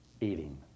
Eating